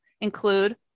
include